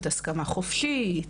הסכמה חופשית,